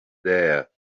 there